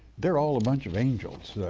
they're all a bunch of angels.